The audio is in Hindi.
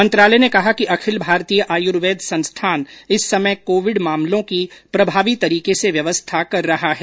मंत्रालय ने कहा कि अखिल भारतीय आयुर्वेद संस्थान इस समय कोविड मामलों की प्रभावी तरीके से व्यवस्था कर रहा है